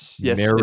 Yes